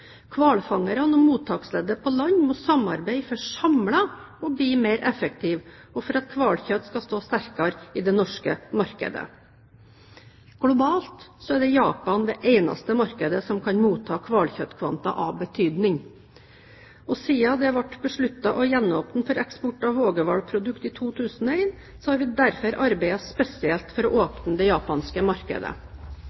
Hvalfangerne og mottaksleddet på land må samarbeide for samlet å bli mer effektive og for at hvalkjøttet skal stå sterkere i det norske markedet. Globalt er Japan det eneste markedet som kan motta hvalkjøttkvanta av betydning. Siden det ble besluttet å gjenåpne for eksport av vågehvalprodukter i 2001, har vi derfor arbeidet spesielt for å